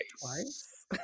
Twice